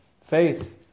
Faith